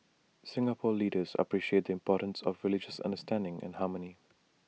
Singapore leaders appreciate the importance of religious understanding and harmony